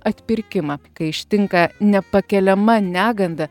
atpirkimą kai ištinka nepakeliama neganda